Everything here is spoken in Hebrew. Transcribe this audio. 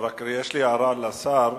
רק יש לי הערה לשר,